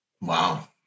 Wow